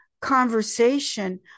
conversation